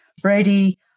Brady